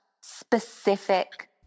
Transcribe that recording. specific